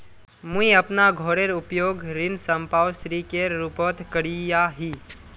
मुई अपना घोरेर उपयोग ऋण संपार्श्विकेर रुपोत करिया ही